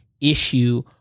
issue